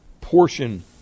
portion